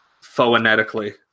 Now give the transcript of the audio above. phonetically